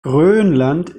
grönland